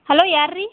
hello ಯಾರು ರೀ